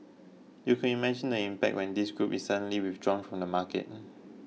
you could imagine the impact when this group is suddenly withdrawn from the market